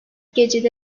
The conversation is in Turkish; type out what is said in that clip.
gecede